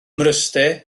mryste